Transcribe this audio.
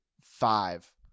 five